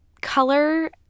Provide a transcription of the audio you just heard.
color